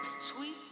sweet